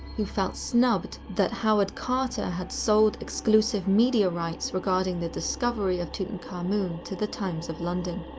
who felt snubbed that howard carter had sold exclusive media rights regarding the discovery of tutankhamun to the times of london.